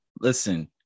Listen